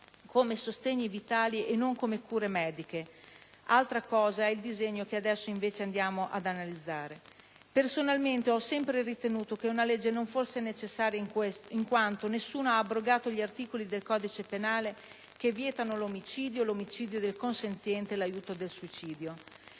come sostegni vitali e non come cure mediche. Altra cosa è invece il disegno di legge in esame oggi. Personalmente ho sempre ritenuto che una legge non fosse necessaria in quanto nessuno ha abrogato gli articoli del codice penale che vietano l'omicidio, l'omicidio del consenziente, l'aiuto al suicidio.